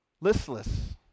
Listless